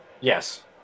Yes